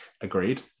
agreed